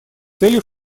целью